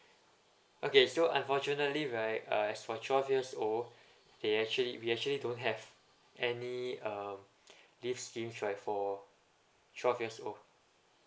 okay so unfortunately right uh as for twelve years old they actually we actually don't have any uh leave scheme right for twelve years old